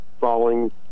falling